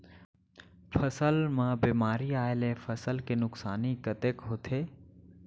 फसल म बेमारी आए ले फसल के नुकसानी कतेक होथे?